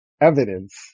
evidence